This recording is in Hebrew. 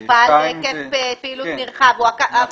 הוא פעל בהיקף פעילות נרחב.